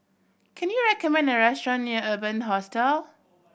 can you recommend a restaurant near Urban Hostel